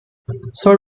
soll